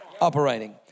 operating